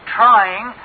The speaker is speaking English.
trying